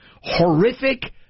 Horrific